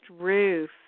roof